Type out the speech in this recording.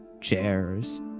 chairs